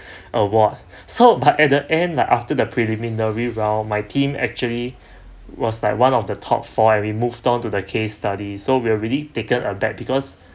award so but at the end like after the preliminary round my team actually was like one of the top four and we moved on to the case study so we're really taken aback because